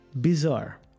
Bizarre